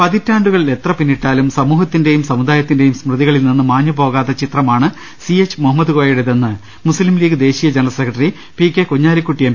പതിറ്റാണ്ടുകൾ എത്ര പിന്നിട്ടാലും സമൂഹത്തിന്റെയും സമുദായത്തിന്റെയും സ് മൃതികളിൽ നിന്ന് മാഞ്ഞുപോകാത്ത ചിത്രമാണ് സിഎച്ച് മുഹമ്മദ് കോയയുടെ തെന്ന് മുസ്തിം ലീഗ് ദേശീയ general secretary P K Kunhalikutty M